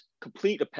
complete